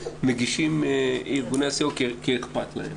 מגישים את התכנית ארגוני הסיוע כי אכפת להם.